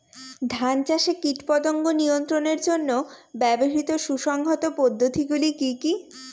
ধান চাষে কীটপতঙ্গ নিয়ন্ত্রণের জন্য ব্যবহৃত সুসংহত পদ্ধতিগুলি কি কি?